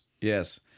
Yes